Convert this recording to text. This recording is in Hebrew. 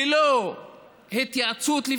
ללא התייעצות,